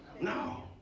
No